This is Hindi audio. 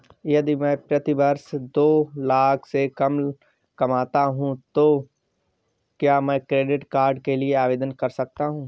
यदि मैं प्रति वर्ष दो लाख से कम कमाता हूँ तो क्या मैं क्रेडिट कार्ड के लिए आवेदन कर सकता हूँ?